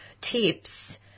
tips